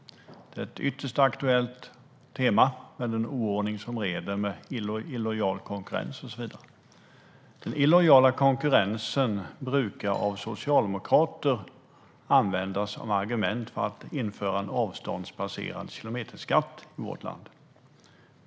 Det är ett ytterst aktuellt tema, med den oordning som råder med illojal konkurrens och så vidare. Socialdemokraterna brukar använda den illojala konkurrensen som argument för att införa en avståndsbaserad kilometerskatt i vårt land.